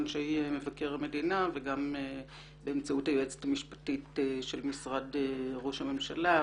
אנשי מבקר המדינה וגם באמצעות היועצת המשפטית של משרד ראש הממשלה,